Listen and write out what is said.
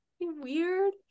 weird